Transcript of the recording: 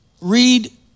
Read